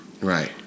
Right